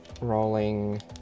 rolling